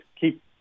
keep